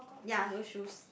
ya no shoes